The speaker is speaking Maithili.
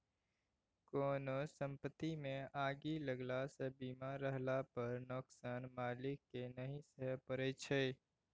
कोनो संपत्तिमे आगि लगलासँ बीमा रहला पर नोकसान मालिककेँ नहि सहय परय छै